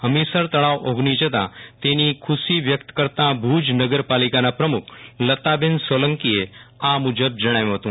હમીરસર તળાવ ઓગની જતા તેની ખુશી વ્યક્ત કરતા ભુજ નગરપાલિકાના પ્રમુખ લતાબેન સોલંકીએ આ મુજબ જણાવ્યું હતું